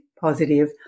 positive